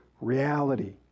reality